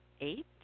eight